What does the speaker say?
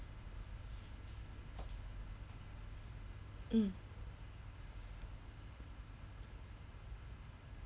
mm